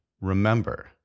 remember